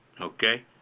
Okay